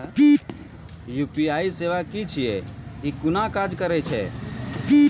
UPI सेवा की छियै? ई कूना काज करै छै?